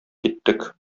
киттек